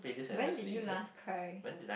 when did you last cry